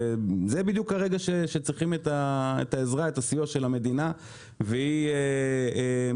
זה בדיוק הרגע בו צריך את העזרה והסיוע של המדינה והיא מתעלמת.